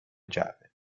جعبه